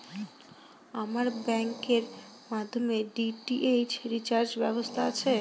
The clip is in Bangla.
আপনার ব্যাংকের মাধ্যমে ডি.টি.এইচ রিচার্জের ব্যবস্থা আছে?